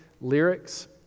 lyrics